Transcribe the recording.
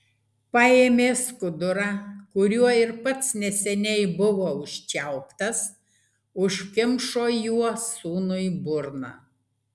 paėmė skudurą kuriuo ir pats neseniai buvo užčiauptas užkimšo juo sūnui burną